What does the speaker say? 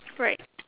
right